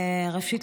ראשית,